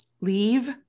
leave